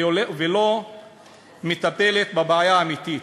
ולא מטפלת בבעיה האמיתית.